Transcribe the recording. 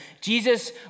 Jesus